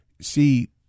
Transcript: see